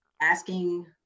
asking